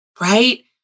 right